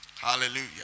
Hallelujah